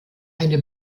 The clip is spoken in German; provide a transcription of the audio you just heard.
eine